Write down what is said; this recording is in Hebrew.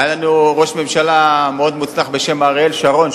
היה לנו ראש ממשלה מאוד מוצלח בשם אריאל שרון,